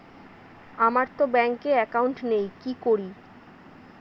আমারতো ব্যাংকে একাউন্ট নেই কি করি?